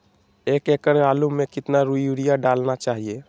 एक एकड़ आलु में कितना युरिया डालना चाहिए?